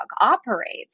operates